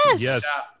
yes